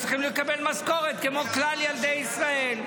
אז צריך לקבל משכורת כמו כלל ילדי ישראל.